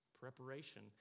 preparation